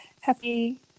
Happy